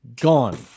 gone